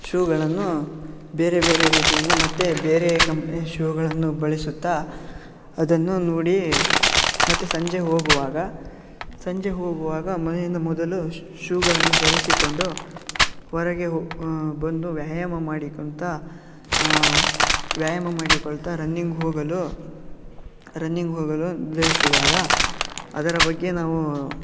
ಶೂಗಳನ್ನು ಬೇರೆ ಬೇರೆ ರೀತಿಯಿಂದ ಮತ್ತೆ ಬೇರೆ ಕಂಪ್ನಿ ಶೂಗಳನ್ನು ಬಳಸುತ್ತಾ ಅದನ್ನು ನೋಡಿ ಮತ್ತೆ ಸಂಜೆ ಹೋಗುವಾಗ ಸಂಜೆ ಹೋಗುವಾಗ ಮನೆಯಿಂದ ಮೊದಲು ಶ್ ಶೂಗಳನ್ನು ಧರಿಸಿಕೊಂಡು ಹೊರಗೆ ಹೊ ಬಂದು ವ್ಯಾಯಾಮ ಮಾಡಿಕೊಳ್ತ ವ್ಯಾಯಾಮ ಮಾಡಿಕೊಳ್ತಾ ರನ್ನಿಂಗ್ ಹೋಗಲು ರನ್ನಿಂಗ್ ಹೋಗಲು ನಿರ್ಧರಿಸಿದಾಗ ಅದರ ಬಗ್ಗೆ ನಾವು